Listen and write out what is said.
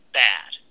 bad